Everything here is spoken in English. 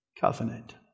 covenant